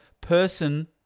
person